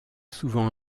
souvent